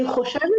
אני חושבת